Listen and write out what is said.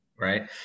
right